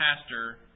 pastor